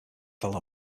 fell